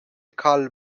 carl